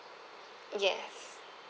yes